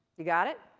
you got it?